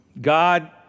God